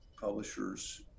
publishers